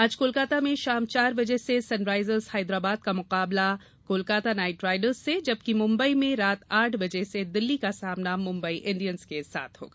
आज कोलकाता में शाम चार बजे से सनराइजर्स हैदराबाद का मुकाबला कोलकाता नाइट राइडर्स से जबकि मुम्बाई में रात आठ बजे से दिल्ली का सामना मुंबई इंडियंस के साथ होगा